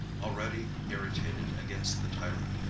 already irritated against the tyrant,